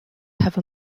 have